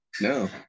No